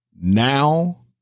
now